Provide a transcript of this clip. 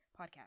podcast